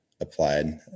applied